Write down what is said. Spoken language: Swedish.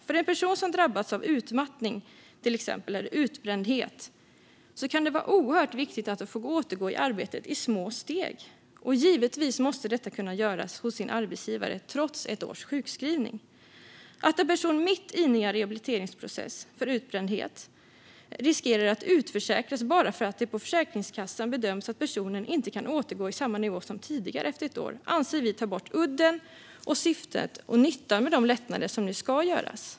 För en person som drabbats av utmattning, till exempel av utbrändhet, kan det vara oerhört viktigt att få återgå till arbetet i små steg. Givetvis måste detta kunna göras hos den egna arbetsgivaren trots ett års sjukskrivning. Att en person mitt inne i en rehabiliteringsprocess för utbrändhet riskerar att utförsäkras bara för att det på Försäkringskassan bedöms att personen inte kan återgå i samma nivå som tidigare efter ett år anser vi tar bort udden, syftet och nyttan med de lättnader som nu ska göras.